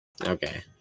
Okay